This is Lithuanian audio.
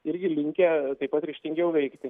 irgi linkę taip pat ryžtingiau veikti